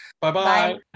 Bye-bye